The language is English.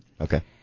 Okay